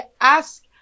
ask